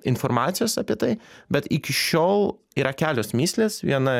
informacijos apie tai bet iki šiol yra kelios mįslės viena